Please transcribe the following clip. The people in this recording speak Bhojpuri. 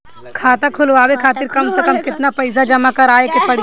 खाता खुलवाये खातिर कम से कम केतना पईसा जमा काराये के पड़ी?